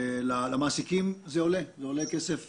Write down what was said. למעסיקים זה עולה כסף,